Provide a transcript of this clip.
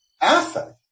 Affect